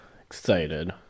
excited